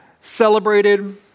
celebrated